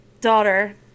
daughter